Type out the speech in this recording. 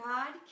God